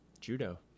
Judo